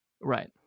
Right